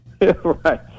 Right